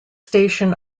station